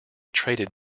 traded